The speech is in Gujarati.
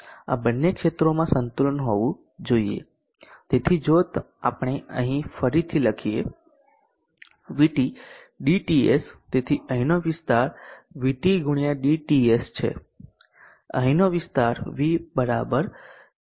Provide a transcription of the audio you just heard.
આ બંને ક્ષેત્રોમાં સંતુલન હોવું જોઈએ તેથી જો આપણે અહીં ફરીથી લખીએ VT dTS તેથી અહીંનો વિસ્તાર VT ગુણ્યા dTS છે અહીંનો વિસ્તાર V - V0 છે